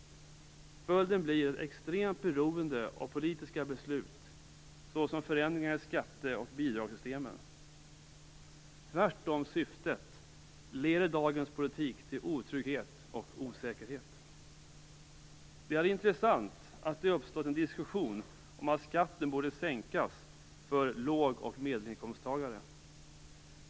Följden blir ett extremt beroende av politiska beslut såsom förändringar i skatte och bidragssystemen. Tvärtom syftet, leder dagens politik till otrygghet och osäkerhet. Det är intressant att det har uppstått en diskussion om att skatten borde sänkas för låg och medelinkomsttagare.